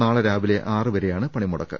നാളെ രാവിലെ ആറുവരെയാണ് പണിമുടക്ക്